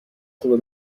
خوب